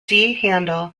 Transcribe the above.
handle